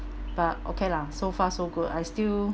but okay lah so far so good I still